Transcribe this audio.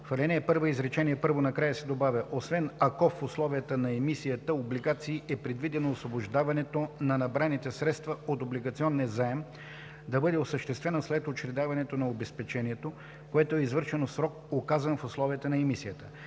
В ал. 1, изречение първо накрая се добавя „освен ако в условията на емисията облигации е предвидено освобождаването на набраните средства от облигационния заем да бъде осъществено след учредяването на обезпечението, което е извършено в срок, указан в условията на емисията.”,